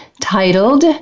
titled